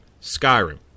Skyrim